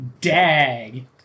Dag